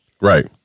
Right